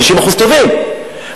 50% טובים,